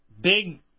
big